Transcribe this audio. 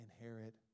inherit